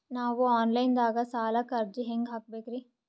ನಾವು online ದಾಗ ಸಾಲಕ್ಕ ಅರ್ಜಿ ಹೆಂಗ ಹಾಕಬೇಕ್ರಿ?